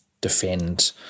defend